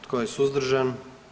Tko je suzdržan?